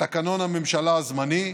לתקנון הממשלה הזמני,